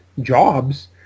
jobs